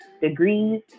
degrees